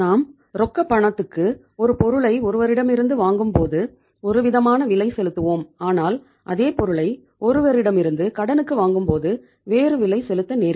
நாம் ரொக்க பணத்துக்கு ஒரு பொருளை ஒருவரிடமிருந்து வாங்கும்போது ஒரு விதமான விலை செலுத்துவோம் ஆனால் அதே பொருளை ஒருவரிடமிருந்து கடனுக்கு வாங்கும்போது வேறு விலை செலுத்த நேரிடும்